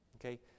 Okay